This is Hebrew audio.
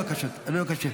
לא.